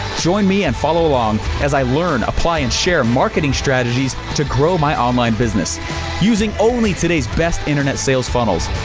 join me and follow along as i learn, apply and share marketing strategies to grow my online business using only today's best internet sales funnels.